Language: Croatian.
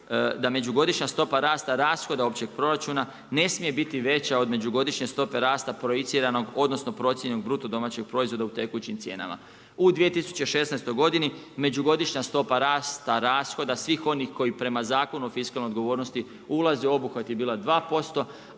da „međugodišnja stopa rasta rashoda općeg proračuna ne smije biti veća međugodišnje stope rasta projiciranog odnosno procijenjenog BDP-a u tekućim cijenama“. U 206. godini međugodišnja stopa rasta rashoda svim onih koji prema Zakonu o fiskalnoj odgovornosti ulaze u obuhvati je bila 2%,a